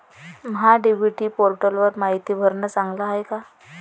महा DBT पोर्टलवर मायती भरनं चांगलं हाये का?